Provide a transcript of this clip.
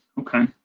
Okay